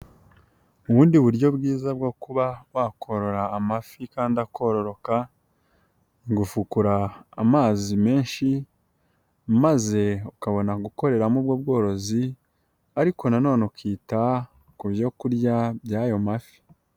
Ubundi buryo bwiza bwo kuba wakorora amafi kandi akororoka, gufukura amazi menshi maze ukabona gukoreramo ubwo bworozi, ariko nan nonene ukita ku byo kurya by'ayo mafi.